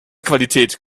qualität